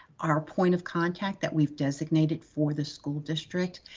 our point of contact that we've designated for the school district,